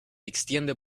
extiende